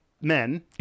men